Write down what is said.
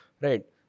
right